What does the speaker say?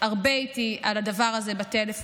שהיא הרבה איתי על הדבר הזה בטלפון.